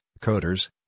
coders